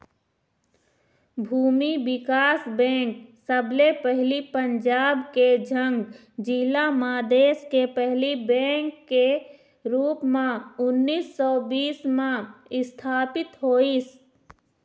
भूमि बिकास बेंक सबले पहिली पंजाब के झंग जिला म देस के पहिली बेंक के रुप म उन्नीस सौ बीस म इस्थापित होइस